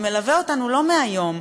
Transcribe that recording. מלווה אותנו לא מהיום,